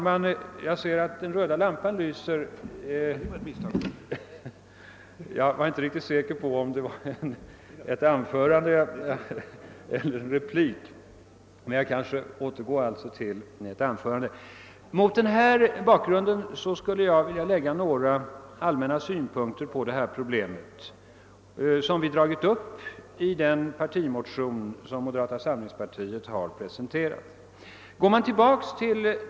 Mot den bakgrunden vill jag här anlägga några allmänna synpunkter på detta problem, synpunkter som vi har dragit upp i en partimotion från moderata samlingspartiet.